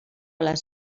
les